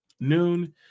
noon